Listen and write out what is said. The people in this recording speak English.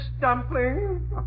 Dumpling